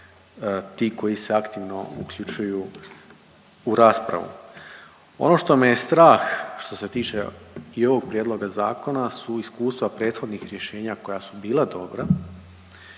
ti koji se aktivno uključuju u raspravu. Ono što me je strah što se tiče i ovog prijedloga zakona su iskustva prethodnih rješenja koja su bila dobra